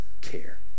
care